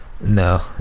No